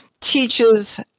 teaches